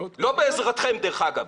לא בעזרתכם דרך אגב.